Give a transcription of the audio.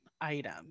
item